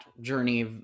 journey